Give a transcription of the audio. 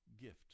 gift